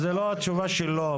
זאת לא התשובה שלו.